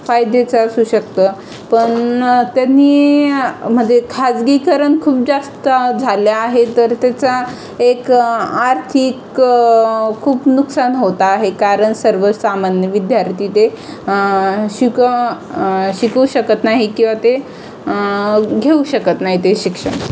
फायद्याचं असू शकतं पण त्यांनी मध्ये खाजगीकरण खूप जास्त झालं आहे तर त्याचा एक आर्थिक खूप नुकसान होत आहे कारण सर्वसामान्य विद्यार्थी ते शिक शिकवू शकत नाही किंवा ते घेऊ शकत नाही ते शिक्षण